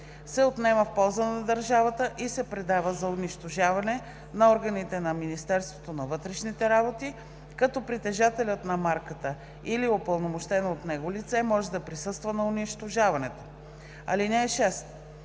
се отнема в полза на държавата и се предава за унищожаване на органите на Министерството на вътрешните работи, като притежателят на марката или упълномощено от него лице може да присъства на унищожаването. (6)